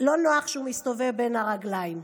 לא נוח שהוא מסתובב בין הרגליים?